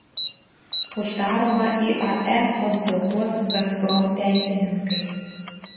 uždaromą iae konsultuos gazprom teisininkai